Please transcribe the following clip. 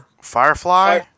Firefly